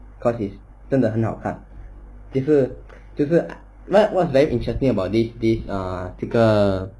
cause it's 真的很好看其实其实 what was very interesting about it this this 这个